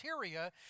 criteria